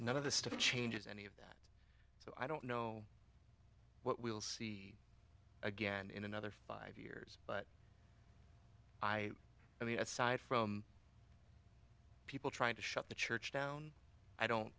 none of the staff changes any of that so i don't know what we'll see again in another five years but i i mean aside from people trying to shut the church down i don't